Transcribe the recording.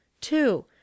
Two